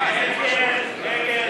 מי נגד?